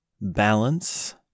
balance